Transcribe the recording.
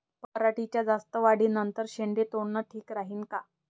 पराटीच्या जास्त वाढी नंतर शेंडे तोडनं ठीक राहीन का?